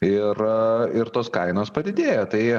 ir ir tos kainos padidėjo tai